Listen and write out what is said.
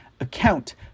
account